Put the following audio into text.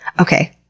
Okay